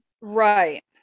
Right